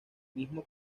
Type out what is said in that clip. mismo